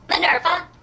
Minerva